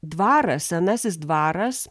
dvaras senasis dvaras